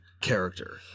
Character